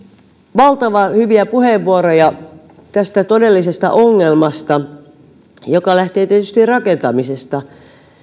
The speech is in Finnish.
valtavan hyviä puheenvuoroja tästä todellisesta ongelmasta joka lähtee tietysti rakentamisesta